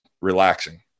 relaxing